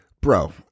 bro